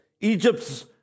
Egypt's